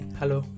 hello